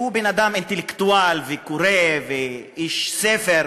הוא בן-אדם אינטלקטואל וקורא ואיש ספר,